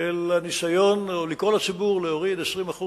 לקרוא לציבור להוריד 20%